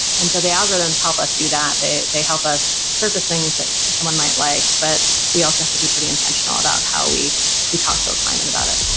and so algorithms help us do that. they they help us surface things that someone might like, but we also have to be pretty intentional about how we we talk to a client and about it